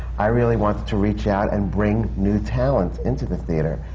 i really wanted to reach out and bring new talent into the theatre.